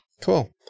Cool